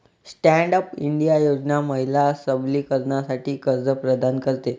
stand up India योजना महिला सबलीकरणासाठी कर्ज प्रदान करते